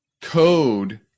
Code